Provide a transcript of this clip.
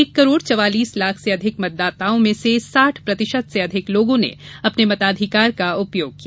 एक करोड़ चवालीस लाख से अधिक मतदाताओं में से साठ प्रतिशत से अधिक लोगों ने अपने मताधिकार का उपयोग किया